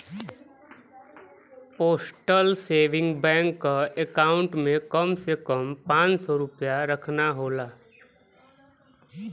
postal saving bank क account में कम से कम पांच सौ रूपया रखना होला